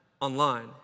online